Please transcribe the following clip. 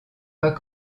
pas